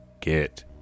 Get